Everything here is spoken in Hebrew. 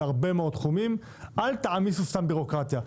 בהרבה מאוד תחומים אל תעמיסו סתם בירוקרטיה,